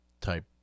type